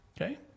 Okay